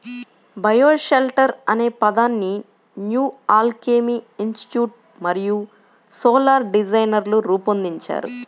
bioshelter అనే పదాన్ని New Alchemy Institute మరియు సోలార్ డిజైనర్లు రూపొందించారు